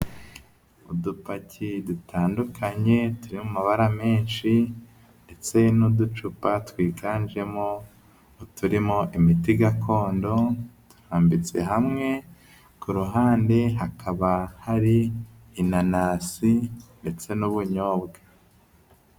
Udupaki dutandukanye turi mu mabara menshi ndetse n'uducupa twiganjemo uturimo imiti gakondo turambitse hamwe, ku ruhande hakaba hari inanasi ndetse n'ubunyobwa.